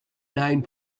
nine